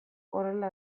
horrela